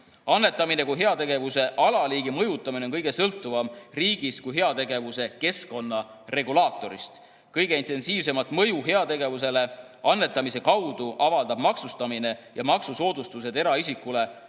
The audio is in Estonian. Annetamise kui heategevuse alaliigi mõjutamine on kõige sõltuvam riigist kui heategevuse keskkonna regulaatorist. Kõige intensiivsemat mõju heategevusele annetamise kaudu avaldab maksustamine ja maksusoodustused eraisikute annetamisele,